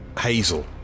Hazel